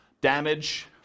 Damage